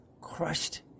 crushed